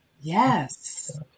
Yes